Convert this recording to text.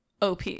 OP